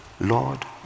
Lord